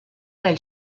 del